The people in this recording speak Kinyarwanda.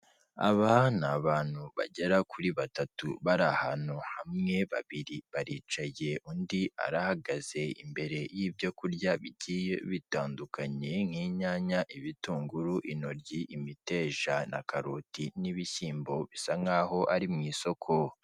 Aba ni abantu bagera kuri batatu bari ahantu hamwe, babiri baricaye, undi arahagaze imbere y'ibyo kurya bigiye bitandukanye nk'inyanya, ibitunguru, intoryi, imiteja na karoti n'ibishyimbo bisa nk'aho ari mu isoko.